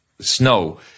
snow